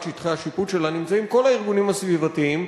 שטחי השיפוט שלה נמצאים כל הארגונים הסביבתיים,